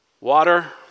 Water